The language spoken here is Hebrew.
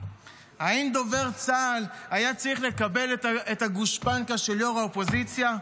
האם דובר צה"ל היה צריך לקבל את הגושפנקה של יו"ר האופוזיציה?